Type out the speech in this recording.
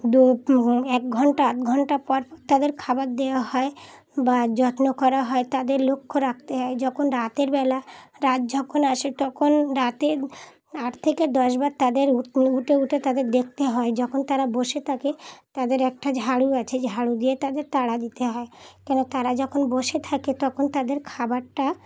দু এক ঘণ্টা আধ ঘণ্টা পর তাদের খাবার দেওয়া হয় বা যত্ন করা হয় তাদের লক্ষ্য রাখতে হয় যখন রাতের বেলা রাত যখন আসে তখন রাতে আট থেকে দশবার তাদের উঠে উঠে তাদের দেখতে হয় যখন তারা বসে থাকে তাদের একটা ঝাড়ু আছে ঝাড়ু দিয়ে তাদের তাড়া দিতে হয় কেন তারা যখন বসে থাকে তখন তাদের খাবারটা